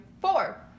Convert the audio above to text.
four